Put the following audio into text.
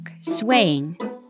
swaying